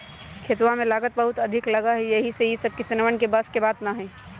खेतवा में लागत बहुत अधिक लगा हई यही ला ई सब किसनवन के बस के बात ना हई